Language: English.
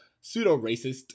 pseudo-racist